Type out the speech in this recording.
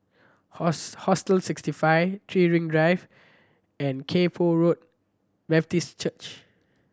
Hostel Sixty Five Three Ring Drive and Kay Poh Road Baptist Church